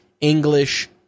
English